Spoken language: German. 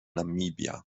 namibia